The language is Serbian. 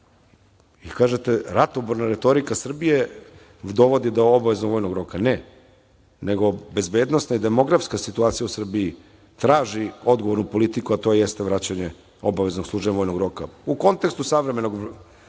Vi kažete, ratoborna retorika Srbije dovodi do obaveznog vojnog roka, ne, nego bezbednosna i demografska situacija u Srbiji traži odgovornu politiku a to jeste vraćanje obaveznog služenja vojnog roka.U kontekstu savremenog vremena